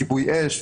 כיבוי אש,